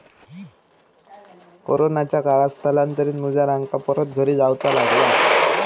कोरोनाच्या काळात स्थलांतरित मजुरांका परत घरी जाऊचा लागला